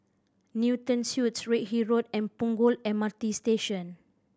Newton Suites Redhill Road and Punggol M R T Station